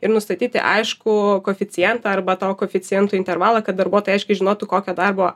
ir nustatyti aiškų koeficientą arba to koeficientų intervalą kad darbuotojai aiškiai žinotų kokio darbo